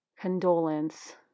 Condolence